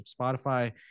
spotify